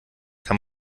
kann